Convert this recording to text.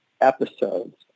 episodes